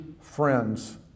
Friends